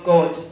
God